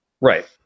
Right